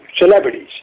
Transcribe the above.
celebrities